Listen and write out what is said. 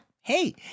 hey